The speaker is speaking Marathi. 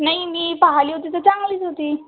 नाही मी पाहिली होती तर चांगलीच होती